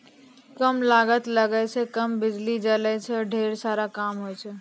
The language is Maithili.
कम लागत लगै छै, कम बिजली जलै छै आरो ढेर काम होय छै